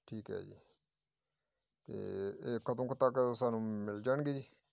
ਠੀਕ ਆ ਜੀ ਅਤੇ ਇਹ ਕਦੋਂ ਕੁ ਤੱਕ ਸਾਨੂੰ ਮਿਲ ਜਾਣਗੇ ਜੀ